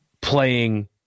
playing